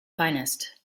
finest